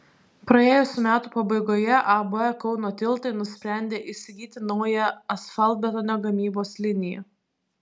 praėjusių metų pabaigoje ab kauno tiltai nusprendė įsigyti naują asfaltbetonio gamybos liniją